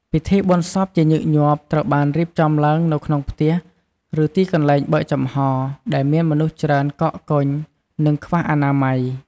ពិធីបុណ្យសពជាញឹកញាប់ត្រូវបានរៀបចំឡើងនៅក្នុងផ្ទះ ឬទីកន្លែងបើកចំហរ ដែលមានមនុស្សច្រើនកកកុញ និងខ្វះអនាម័យ។